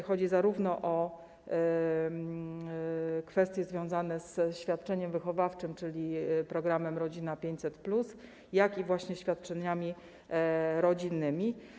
Chodzi zarówno o kwestie związane ze świadczeniem wychowawczym, czyli programem „Rodzina 500+”, jak i świadczeniami rodzinnymi.